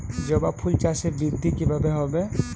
জবা ফুল চাষে বৃদ্ধি কিভাবে হবে?